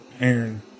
Aaron